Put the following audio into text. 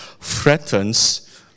threatens